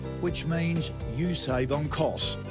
which means, you save on costs,